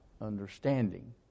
understanding